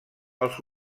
als